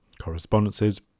correspondences